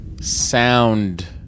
sound